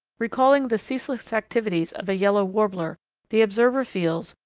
recalling the ceaseless activities of a yellow warbler the observer feels,